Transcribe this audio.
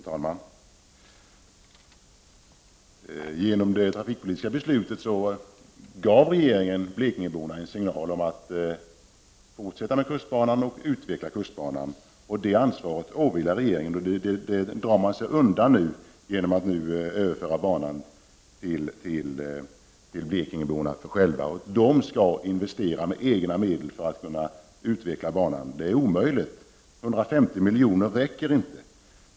Fru talman! Genom det trafikpolitiska beslutet gav regeringen blekingeborna en signal om att man skulle fortsätta att utveckla kustbanan. Det ansvaret åvilar regeringen, och det är det ansvaret som man nu drar sig undan genom att överföra ansvaret till blekingeborna själva. De skall investera med egna medel för att kunna utveckla banan. Detta är omöjligt, 150 milj.kr. räcker inte.